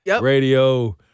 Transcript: Radio